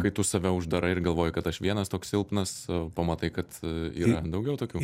kai tu save uždarai ir galvoji kad aš vienas toks silpnas pamatai kad yra daugiau tokių